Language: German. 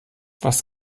was